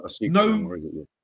no